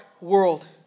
world